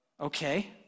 Okay